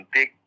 Big